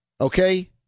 okay